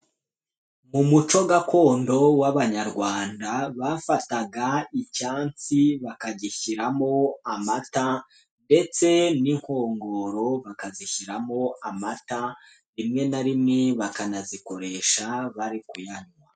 Umuco gakondo w'abanyarwanda bafataga icyansi bakagishyiramo amata ndetse n'inkongoro bakazishyiramo amata, rimwe na rimwe bakanazikoresha bari kuyanywa.